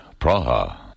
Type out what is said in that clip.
Praha